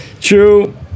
True